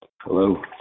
Hello